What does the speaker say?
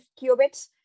qubits